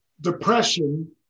depression